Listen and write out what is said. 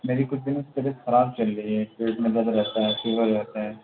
میری کچھ دنوں سے طبیعت خراب چل رہی ہے پیٹ میں درد رہتا ہے فیور رہتا ہے